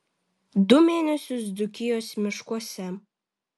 du mėnesius dzūkijos miškuose